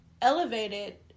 Elevated